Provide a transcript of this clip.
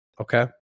okay